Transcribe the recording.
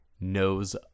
knows